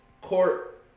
court